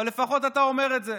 אבל לפחות אתה אומר את זה.